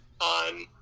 on